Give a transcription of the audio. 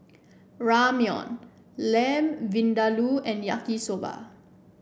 Ramyeon Lamb Vindaloo and Yaki Soba